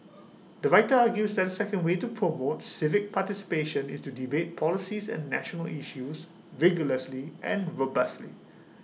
the writer argues that the second way to promote civic participation is to debate policies and national issues rigorously and robustly